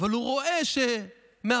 אבל הוא רואה שמאפשרים